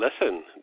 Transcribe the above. Listen